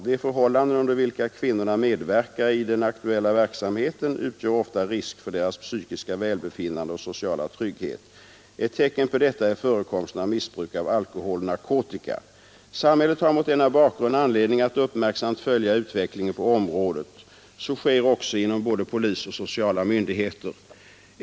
De förhållanden under vilka kvinnorna medverkar i den aktuella verksamheten utgör ofta risk för deras psykiska välbefinnande och sociala trygghet. Ett tecken på detta är förekomsten av missbruk av alkohol och Nr 108 Harkotika Torsdagen den Samhället har mot denna bakgrund anledning att uppmärksamt följa I tövember 1972 utvecklingen på området. Så sker också inom både polis och sociala myndigheter.